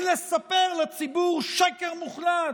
היא לספר לציבור שקר מוחלט,